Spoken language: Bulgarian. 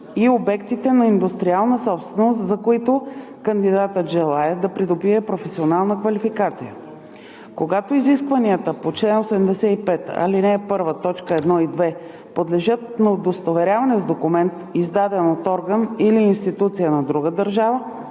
и обектите на индустриална собственост, за които кандидатът желае да придобие професионална квалификация. Когато изискванията по чл. 85, ал. 1, т. 1 и 2 подлежат на удостоверяване с документ, издаден от орган или институция на друга държава,